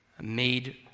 made